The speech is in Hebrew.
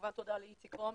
וכמובן תודה לאיציק קרומבי,